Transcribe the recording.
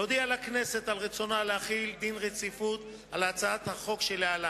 להודיע לכנסת על רצונה להחיל דין רציפות על הצעת החוק שלהלן.